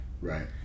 right